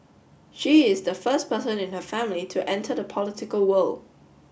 she is the first person in her family to enter the political world